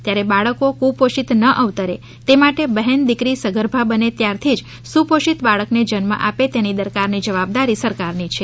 ત્યારે બાળકો કુપોષીત ના અવતરે તે માટે બહેન દીકરી સગર્ભા બને ત્યારથી જ સુપોષિત બાળકને જન્મ આપે તેની દરકારની જવાબદારી સરકારની છે